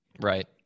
Right